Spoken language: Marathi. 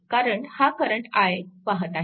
कारण हा करंट i वाहत आहे